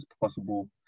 possible